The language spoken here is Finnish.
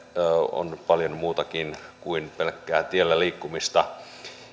on nyt paljon muutakin kuin pelkkää tiellä liikkumista